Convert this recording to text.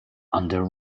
under